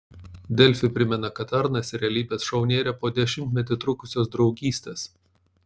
delfi primena kad arnas į realybės šou nėrė po dešimtmetį trukusios draugystės